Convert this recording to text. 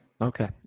Okay